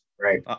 Right